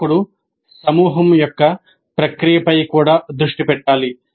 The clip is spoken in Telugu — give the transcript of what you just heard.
బోధకుడు సమూహం యొక్క ప్రక్రియపై కూడా దృష్టి పెట్టాలి